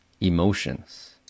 emotions